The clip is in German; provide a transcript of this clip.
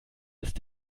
ist